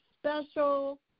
special